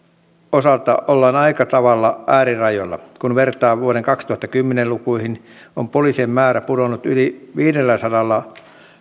osalta ollaan aika tavalla äärirajoilla kun vertaa vuoden kaksituhattakymmenen lukuihin on poliisien määrä pudonnut yli viidelläsadalla